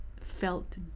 felt